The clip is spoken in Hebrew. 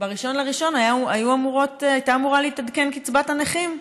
ב-1 בינואר, הייתה אמורה להתעדכן קצבת הנכים.